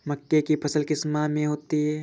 मक्के की फसल किस माह में होती है?